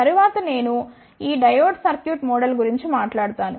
తరువాత నేను ఈ డయోడ్ సర్క్యూట్ మోడల్ గురించి మాట్లాడుతాను